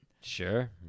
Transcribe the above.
Sure